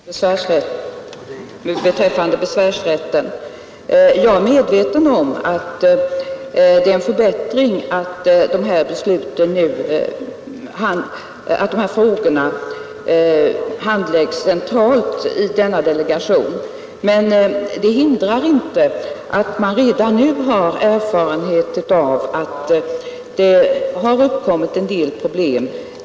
Herr talman! Bara ett par ord beträffande besvärsrätten! Jag är medveten om att det är en förbättring att frågorna nu handläggs centralt i delegationen. Men det hindrar inte att man redan nu har erfarenhet av en del problem som har uppkommit.